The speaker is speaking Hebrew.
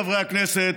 חברי הכנסת,